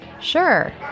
Sure